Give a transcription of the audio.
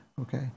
okay